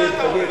תגיד, תגיד.